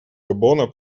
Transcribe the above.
габона